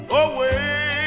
away